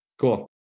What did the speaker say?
Cool